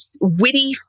witty